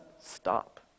stop